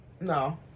No